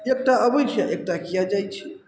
एकटा अबय छै आओर एकटा किएक जाइ छै